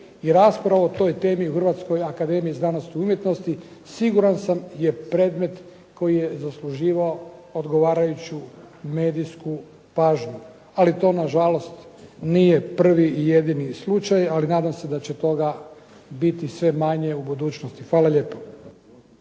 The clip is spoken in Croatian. i rasprava o temi u Hrvatskoj akademiji znanosti i umjetnosti, siguran sam, je predmet koji je zasluživao odgovarajuću medijsku pažnju, ali to nažalost nije prvi i jedini slučaj, ali nadam se da će toga biti sve manje u budućnosti. Hvala lijepo.